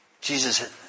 Jesus